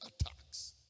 attacks